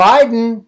Biden